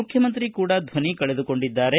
ಮುಖ್ಖಮಂತ್ರಿ ಕೂಡಾ ಧ್ವನಿ ಕಳೆದುಕೊಂಡಿದ್ದಾರೆ